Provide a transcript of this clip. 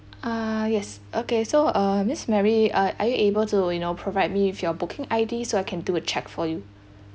uh yes okay so uh miss mary uh are you able to you know provide me with your booking I_D so I can do a check for you